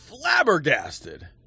flabbergasted